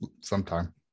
sometime